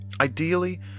Ideally